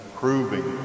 proving